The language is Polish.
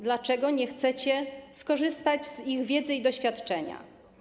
Dlaczego nie chcecie skorzystać z ich wiedzy i doświadczenia?